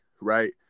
right